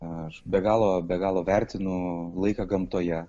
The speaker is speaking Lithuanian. aš be galo be galo vertinu laiką gamtoje